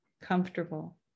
comfortable